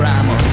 I'ma